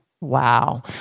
wow